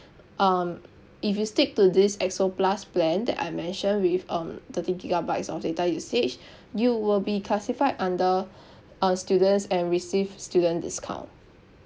um if you stick to this X O plus plan that I mentioned with um thirty gigabytes of data usage you will be classified under uh students and receive student discount